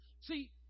See